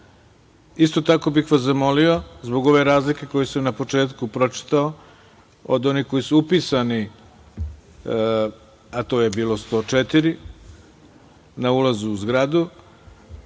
205.Isto tako bih vas zamolio, zbog ove razlike koju sam na početku pročitao od onih koji su upisani, a to je bilo 104 na ulazu u zgradu,